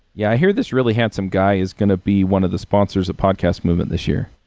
yeah. i hear this really handsome guy is going to be one of the sponsors of podcast movement this year.